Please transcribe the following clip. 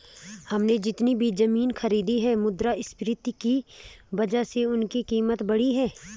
हमने जितनी भी जमीनें खरीदी हैं मुद्रास्फीति की वजह से उनकी कीमत बढ़ी है